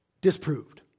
disproved